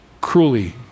cruelly